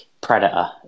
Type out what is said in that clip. predator